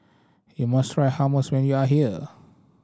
you must try Hummus when you are here